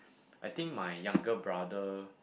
I think my younger brother